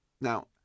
Now